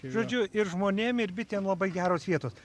žodžiu ir žmonėm ir bitėm labai geros vietos